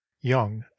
Young